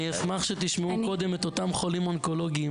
אני אשמח שתשמעו קודם את אותם חולים אונקולוגים